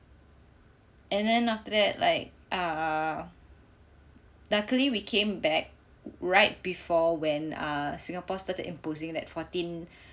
and then after that like err luckily we came back right before when err Singapore start imposing that fourteen